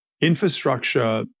infrastructure